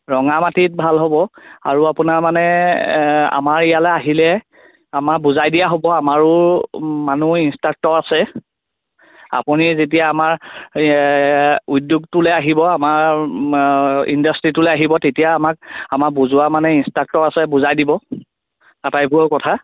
ৰঙা মাটিত ভাল হ'ব আৰু আপোনাৰ মানে আমাৰ ইয়ালে আহিলে আমাৰ বুজাই দিয়া হ'ব আমাৰো মানুহ ইনষ্ট্ৰাকটৰ আছে আপুনি যেতিয়া আমাৰ উদ্যোগটোলৈ আহিব আমাৰ ইণ্ডাষ্ট্ৰীটোলৈ আহিব তেতিয়া আমাৰ বুজোৱা মানে ইণষ্ট্ৰাক্টৰ আছে বুজাই দিব আটাইবোৰৰ কথা